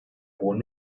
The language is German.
hohen